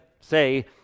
say